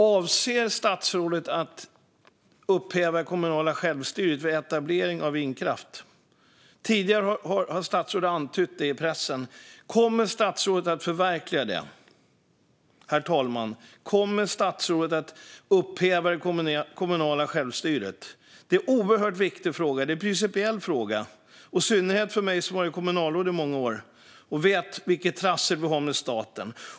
Avser statsrådet att upphäva det kommunala självstyret vid etablering av vindkraft? Statsrådet har tidigare antytt detta i pressen. Kommer statsrådet att förverkliga detta? Kommer statsrådet att upphäva det kommunala självstyret? Det är en oerhört viktig och principiell fråga, i synnerhet för mig som har varit kommunalråd i många år och vet vilket trassel en kommun kan ha med staten.